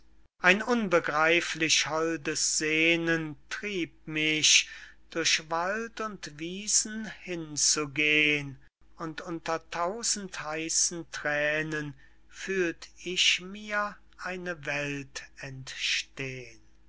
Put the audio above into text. ein unbegreiflich holdes sehnen trieb mich durch wald und wiesen hinzugehn und unter tausend heißen thränen fühlt ich mir eine welt entstehn